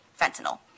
fentanyl